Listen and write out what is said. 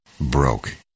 broke